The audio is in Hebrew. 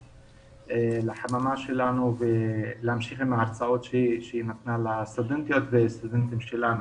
לחממה שלנו ולהמשיך עם ההרצאות שהיא נתנה לסטודנטיות והסטודנטים שלנו.